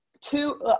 two